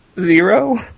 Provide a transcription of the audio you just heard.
zero